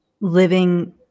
living